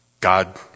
God